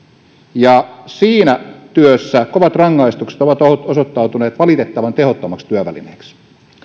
siinä työssä kovat rangaistukset ovat ovat osoittautuneet valitettavan tehottomaksi työvälineeksi